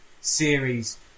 series